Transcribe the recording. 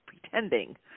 pretending